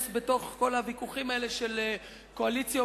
לתוך כל הוויכוחים האלה של קואליציה-אופוזיציה,